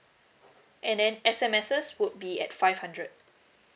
and then S_M_S would be at five hundred